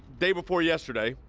day before yesterday,